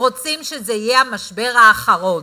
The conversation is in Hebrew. רוצים שזה יהיה המשבר האחרון.